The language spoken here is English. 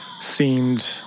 seemed